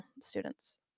students